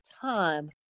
time